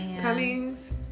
Cummings